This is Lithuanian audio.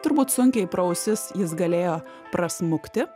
turbūt sunkiai pro ausis jis galėjo prasmukti